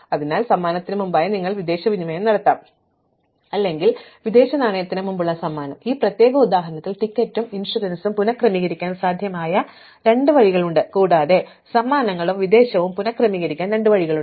അതിനാൽ സമ്മാനത്തിന് മുമ്പായി നിങ്ങൾക്ക് വിദേശ വിനിമയം നടത്താം അല്ലെങ്കിൽ വിദേശനാണയത്തിന് മുമ്പുള്ള സമ്മാനം അതിനാൽ ഈ പ്രത്യേക ഉദാഹരണത്തിൽ ടിക്കറ്റും ഇൻഷുറൻസും പുനക്രമീകരിക്കാൻ സാധ്യമായ രണ്ട് വഴികളുണ്ട് കൂടാതെ സമ്മാനങ്ങളും വിദേശവും പുന ക്രമീകരിക്കാൻ രണ്ട് വഴികളുണ്ട്